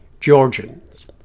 Georgians